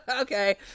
Okay